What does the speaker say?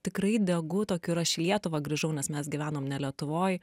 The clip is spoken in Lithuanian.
tikrai degu tokiu ir aš į lietuvą grįžau nes mes gyvenom ne lietuvoj